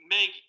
Meg